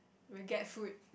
we'll get food